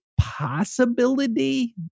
possibility